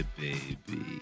baby